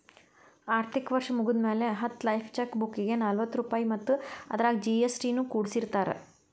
ಆರ್ಥಿಕ ವರ್ಷ್ ಮುಗ್ದ್ಮ್ಯಾಲೆ ಹತ್ತ ಲೇಫ್ ಚೆಕ್ ಬುಕ್ಗೆ ನಲವತ್ತ ರೂಪಾಯ್ ಮತ್ತ ಅದರಾಗ ಜಿ.ಎಸ್.ಟಿ ನು ಕೂಡಸಿರತಾರ